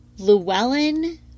Llewellyn